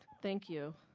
thank you.